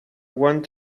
want